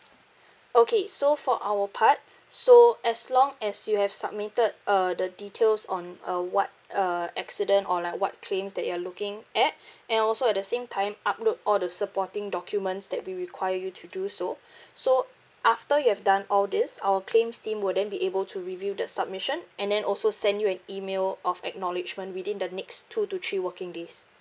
okay so for our part so as long as you have submitted err the details on uh what uh accident or like what claims that you're looking at and also at the same time upload all the supporting documents that we require you to do so so after you have done all this our claims team would then be able to review the submission and then also send you an email of acknowledgement within the next two to three working days